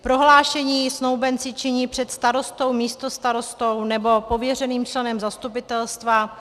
Prohlášení snoubenci činí před starostou, místostarostou nebo pověřeným členem zastupitelstva.